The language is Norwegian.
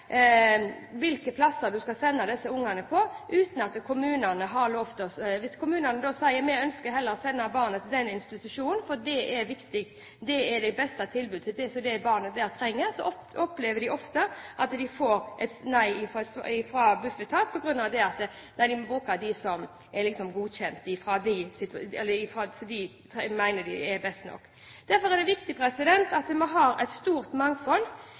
hvilke plasser man skal sende barna til. Hvis kommunene da sier at de heller ønsker å sende barnet til denne institusjonen fordi det er viktig, at det er det beste tilbudet i forhold til det barnet trenger, opplever de ofte at de får et nei fra Bufetat på grunn av at de vil bruke de som liksom er godkjent, og som de mener er best. Derfor er det viktig at vi har et stort mangfold